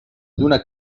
lluna